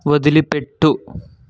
వదిలిపెట్టు